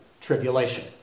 tribulation